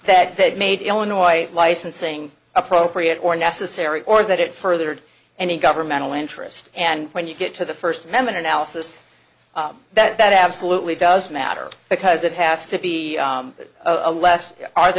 that they made illinois licensing appropriate or necessary or that it furthered any governmental interest and when you get to the first amendment analysis that absolutely does matter because it has to be a less are the